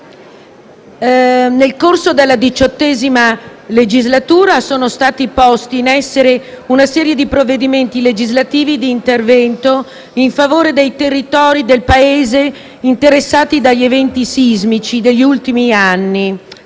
Nel corso della XVIII legislatura è stata posta in essere una serie di provvedimenti legislativi di intervento in favore dei territori del Paese interessati dagli eventi sismici degli ultimi anni.